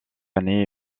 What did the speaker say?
année